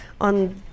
on